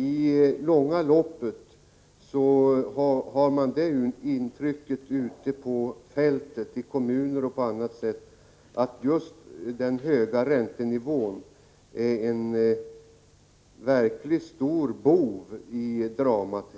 I det långa loppet har man det intrycket ute på fältet, i kommunerna och annorstädes, att just den höga räntenivån är den stora boven i dramat.